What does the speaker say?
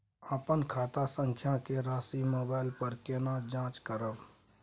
अपन खाता संख्या के राशि मोबाइल पर केना जाँच करब?